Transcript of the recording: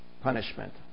punishment